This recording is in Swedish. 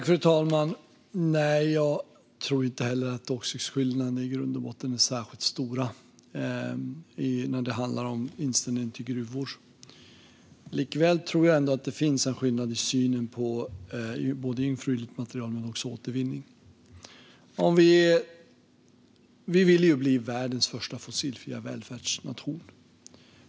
Fru talman! Nej, jag tror inte heller att åsiktsskillnaderna i grund och botten är särskilt stora när det handlar om inställningen till gruvor. Likväl tror jag att det finns en skillnad i synen på både jungfruligt material och återvinning. Vi vill ju bli världens första fossilfria välfärdsnation.